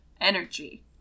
energy